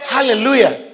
Hallelujah